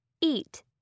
Eat